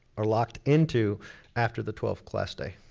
are locked into after the twelfth class day.